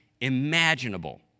imaginable